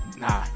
Nah